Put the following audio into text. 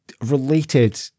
related